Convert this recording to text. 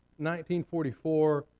1944